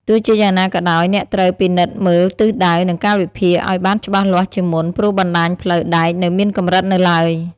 ទោះជាយ៉ាងណាក៏ដោយ អ្នកត្រូវ ពិនិត្យមើលទិសដៅ និងកាលវិភាគ ឲ្យបានច្បាស់លាស់ជាមុន ព្រោះបណ្ដាញផ្លូវដែកនៅមានកម្រិតនៅឡើយ។